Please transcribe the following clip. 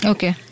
Okay